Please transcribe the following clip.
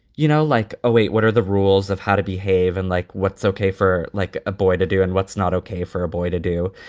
you know, like, oh, wait. what are the rules of how to behave and like what's ok for, like a boy to do and what's not ok for a boy to do.